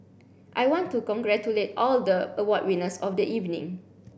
I want to congratulate all the award winners of the evening